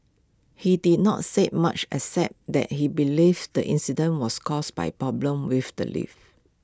he did not say much except that he believes the incident was caused by problems with the lift